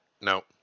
No